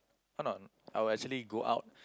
I would actually go out